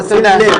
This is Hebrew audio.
צריך לשים לב.